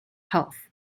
health